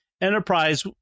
Enterprise